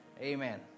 Amen